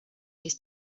his